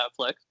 Netflix